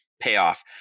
payoff